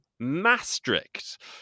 Maastricht